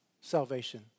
salvation